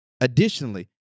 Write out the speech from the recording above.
Additionally